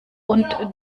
und